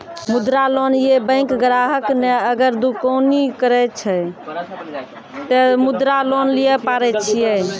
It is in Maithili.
मुद्रा लोन ये बैंक ग्राहक ने अगर दुकानी करे छै ते मुद्रा लोन लिए पारे छेयै?